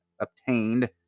obtained